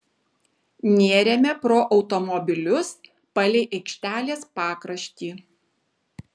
nėrėme pro automobilius palei aikštelės pakraštį